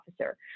officer